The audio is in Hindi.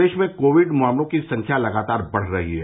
प्रदेश में कोविड मामलों की संख्या लगातार बढ़ रही है